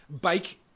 bike